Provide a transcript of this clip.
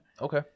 Okay